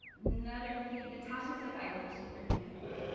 another thing natassha says i appreciate your candor!